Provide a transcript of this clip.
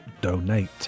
donate